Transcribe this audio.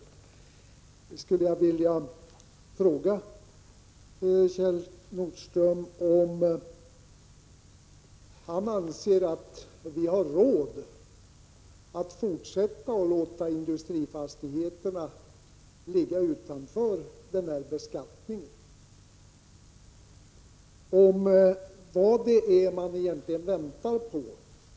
Jag skulle därför vilja fråga Kjell Nordström om han anser att vi har råd att fortsätta att låta industrifastigheterna ligga utanför den här beskattningen. Vad är det egentligen man väntar på?